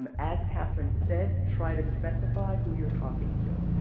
um as kathryn said, try to specify who you're talking to.